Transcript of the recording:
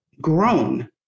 grown